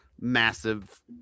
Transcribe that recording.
massive